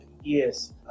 Yes